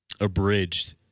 abridged